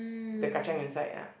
the kacang inside ah